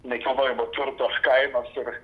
nekilnojamo turto kainos ir